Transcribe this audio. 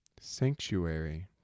sanctuary